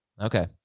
Okay